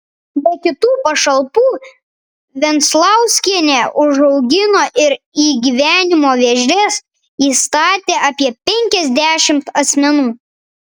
be kitų pašalpų venclauskienė užaugino ir į gyvenimo vėžes įstatė apie penkiasdešimt asmenų